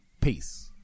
Peace